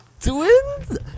Twins